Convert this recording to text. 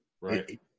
Right